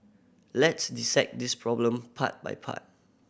let's dissect this problem part by part